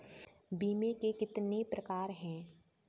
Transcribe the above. बीमे के कितने प्रकार हैं?